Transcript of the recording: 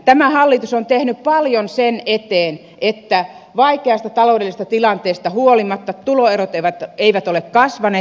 tämä hallitus on tehnyt paljon sen eteen että vaikeasta taloudellisesta tilanteesta huolimatta tuloerot eivät ole kasvaneet